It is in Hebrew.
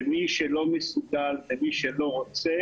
ומי שלא מסוגל, ומי שלא רוצה